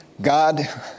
God